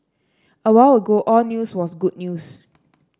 a while ago all news was good news